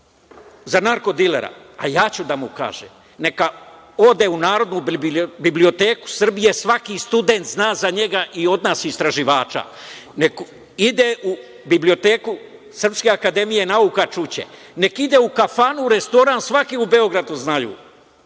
za narko-dilera? Ja ću da mu kažem, neka ode u Narodnu biblioteku Srbije, svaki student zna za njega i od nas istraživača, neka ide u biblioteku Srpske akademije nauka čuće, neka ide u kafanu, restoran svaki, u Beogradu znaju,